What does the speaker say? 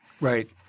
Right